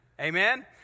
Amen